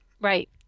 Right